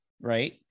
right